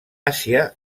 àsia